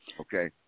Okay